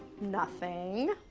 nothing.